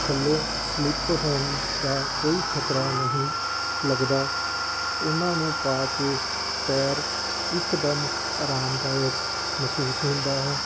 ਥੱਲੋਂ ਸਲਿੱਪ ਹੋਣ ਦਾ ਕੋਈ ਖਤਰਾ ਨਹੀਂ ਲੱਗਦਾ ਉਹਨਾਂ ਨੂੰ ਪਾ ਕੇ ਪੈਰ ਇੱਕਦਮ ਆਰਾਮਦਾਇਕ ਮਹਿਸੂਸ ਹੁੰਦਾ ਹੈ